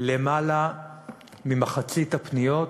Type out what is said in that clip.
יותר ממחצית הפניות,